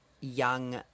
young